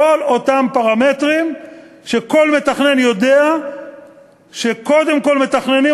כל אותם פרמטרים שכל מתכנן יודע שקודם כול מתכננים